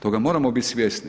Toga moramo biti svjesni.